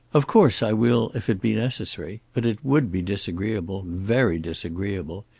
of course i will if it be necessary but it would be disagreeable very disagreeable.